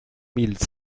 mille